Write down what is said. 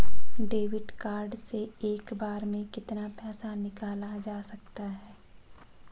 Debit card से एक बार में कितना पैसा निकाला जा सकता है?